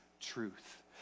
truth